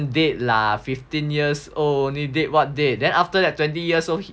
date lah fifteen years only date what date then after that twenty years old